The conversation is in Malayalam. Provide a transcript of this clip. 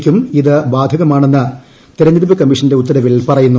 യ്ക്കും ഇത് ബാധകമാണെന്ന് തെരഞ്ഞെടുപ്പ് കമ്മീഷന്റെ ഉത്തരവിൽ പറയുന്നു